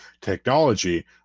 technology